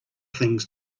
things